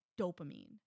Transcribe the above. dopamine